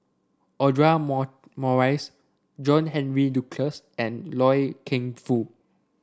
Audra more Morrice John Henry Duclos and Loy Keng Foo